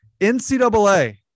NCAA